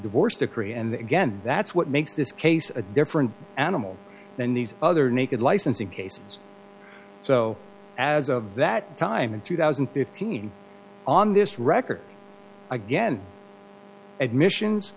divorce decree and again that's what makes this case a different animal than these other naked licensing cases so as of that time in two thousand and fifteen on this record again admissions